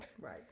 Right